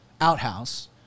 outhouse